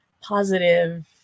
positive